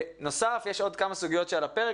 בנוסף יש עוד כמה סוגיות שעל הפרק,